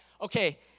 okay